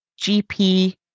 GP